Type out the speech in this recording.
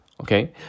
Okay